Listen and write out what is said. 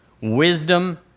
wisdom